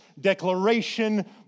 declaration